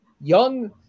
young